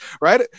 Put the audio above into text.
Right